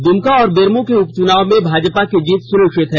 दुमका और बेरमो के उपचुनाव में भाजपा की जीत सुनिश्चित है